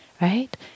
right